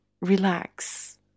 relax